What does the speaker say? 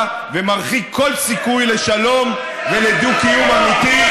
ומרחיק כל סיכוי לשלום ולדו-קיום אמיתי.